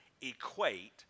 equate